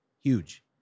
huge